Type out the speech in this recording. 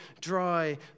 dry